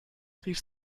rief